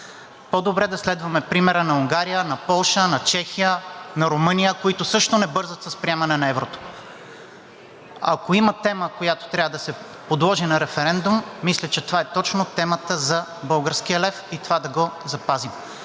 По-добре да следваме примера на Унгария, на Полша, на Чехия, на Румъния, които също не бързат с приемане на еврото. Ако има тема, която трябва да се подложи на референдум, мисля, че това е точно темата за българския лев и това да го запазим.